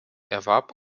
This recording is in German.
erwarb